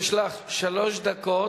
יש לך שלוש דקות.